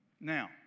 Now